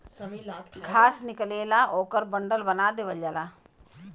घास निकलेला ओकर बंडल बना देवल जाला